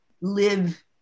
live